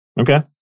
Okay